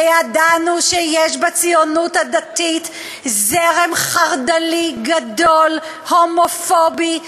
וידענו שיש בציונות הדתית זרם חרד"לי גדול הומופובי,